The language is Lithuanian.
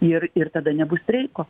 ir ir tada nebus streiko